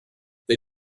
they